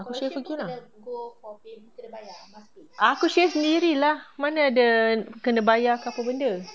kena shave again aku shave sendiri lah mana ada kena bayar apa benda